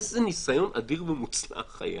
איזה ניסיון אדיר ומוצלח היה